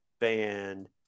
band